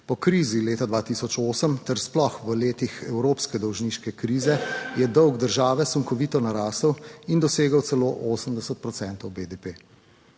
Po krizi leta 2008 ter sploh v letih evropske dolžniške krize je dolg države sunkovito narasel in dosegel celo 80